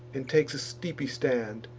and takes a steepy stand,